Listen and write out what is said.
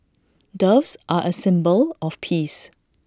doves are A symbol of peace